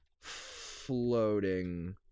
floating